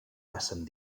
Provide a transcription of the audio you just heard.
passen